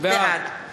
בעד בעד.